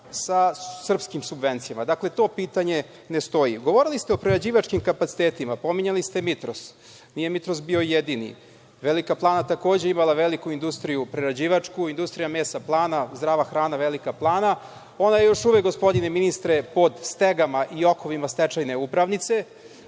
sa srpskim subvencijama? To pitanje ne stoji. Govorili ste o prerađivačkim kapacitetima, pominjali ste „Mitros“. Nije „Mitros“ bio jedini. Velika Plana je takođe imala veliku industriju prerađivačku, Industrija mesa Plana, „Zdrava hrana Velika Plana“. Ona je još uvek, gospodine ministre, pod stegama i okovima stečajne upravnice,